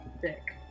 dick